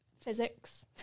physics